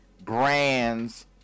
brands